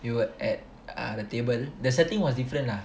you were at the table the setting was different lah